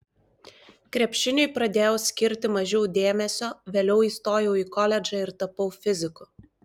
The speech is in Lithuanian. krepšiniui pradėjau skirti mažiau dėmesio vėliau įstojau į koledžą ir tapau fiziku